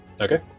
Okay